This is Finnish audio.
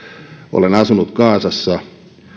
olen asunut gazassa